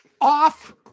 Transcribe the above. off